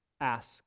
ask